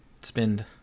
spend